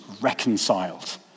reconciled